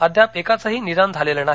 अद्याप एकाचंही निदान झालेलं नाही